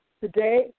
Today